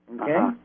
Okay